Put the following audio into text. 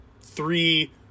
three